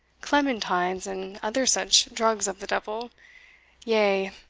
clementines, and other such drugs of the devil yea,